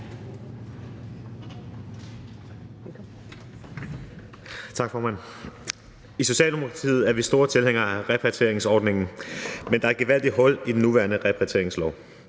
Tak, formand. I Socialdemokratiet er vi store tilhængere af repatrieringsordningen, men der er et gevaldigt hul i den nuværende repatrieringslov.